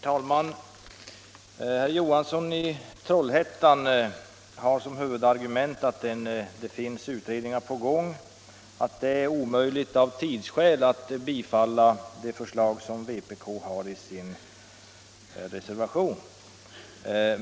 Herr talman! Herr Johansson i Trollhättan har som huvudargument att det finns utredningar på gång och att det av tidsskäl är omöjligt att bifalla det förslag som vpk har i sin reservation.